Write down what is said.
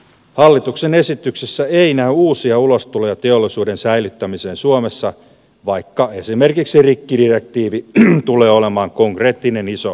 hallituksen esityksessä ei näy uusia ulostuloja teollisuuden säilyttämiseen suomessa vaikka esimerkiksi rikkidirektiivi tulee olemaan konkreettinen iso lisäuhka